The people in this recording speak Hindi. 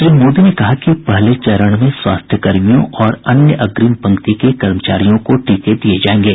श्री मोदी ने कहा कि पहले चरण में स्वास्थ्यकर्मियों और अन्य अग्रिम पंक्ति के कर्मचारियों को टीके लगाए जाएंगे